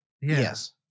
Yes